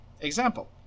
Example